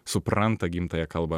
supranta gimtąją kalbą